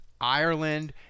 Ireland